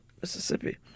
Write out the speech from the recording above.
Mississippi